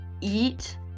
eat